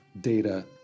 data